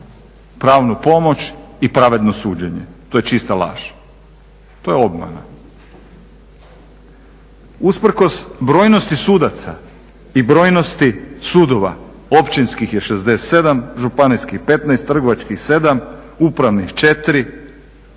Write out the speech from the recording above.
pravnu pomoć i pravedno suđenje, to je čista laž, to je obmana. Usprkos brojnosti sudaca i brojnosti sudova, općinskih je 67, županijskih 15, trgovačkih 7, upravnih 4.